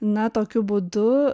na tokiu būdu